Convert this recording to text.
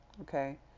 Okay